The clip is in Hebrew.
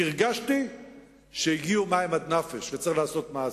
כי הרגשתי שהגיעו מים עד נפש וצריך לעשות מעשה.